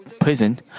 prison